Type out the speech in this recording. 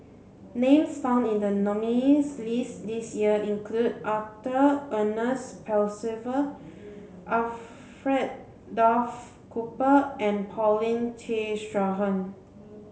names found in the nominees' list this year include Arthur Ernest Percival Alfred Duff Cooper and Paulin Tay Straughan